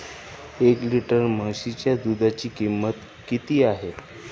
एक लिटर म्हशीच्या दुधाची किंमत किती आहे?